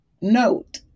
note